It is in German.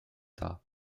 dar